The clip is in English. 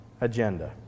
agenda